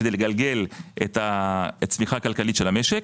לגלגל את הצמיחה הכלכלית של המשק.